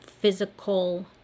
physical